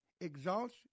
exalts